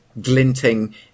glinting